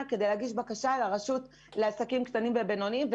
להגיש בקשה לרשות לעסקים קטנים ובינוניים.